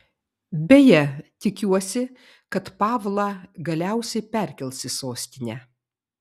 beje tikiuosi kad pavlą galiausiai perkels į sostinę